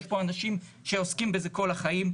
יש פה אנשים שעוסקים בזה כל החיים.